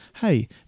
hey